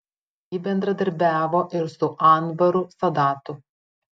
ji bendradarbiavo ir su anvaru sadatu